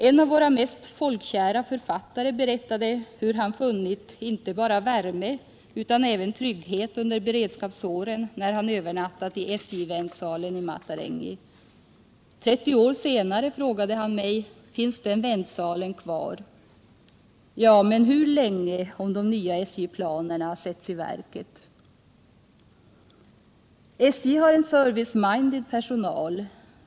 En av våra mest folkkära författare berättade, hur han funnit inte bara värme utan även trygghet under beredskapsåren, när han övernattat i SJ-väntsalen i Matarengi. 30 år senare frågade han mig: Finns den väntsalen kvar? Ja — men hur länge om de nya SJ-planerna sätts i verket? SJ har en service-minded personal.